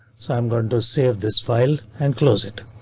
so i'm going to save this file and close it.